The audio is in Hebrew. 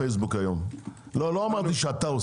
לא אמרתי שאתה.